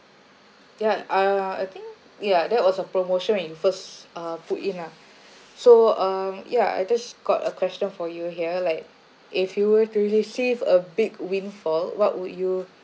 ya uh I think ya that was a promotion when you first uh put in lah so um yeah I just got a question for you here like if you were to receive a big windfall what would you